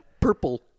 Purple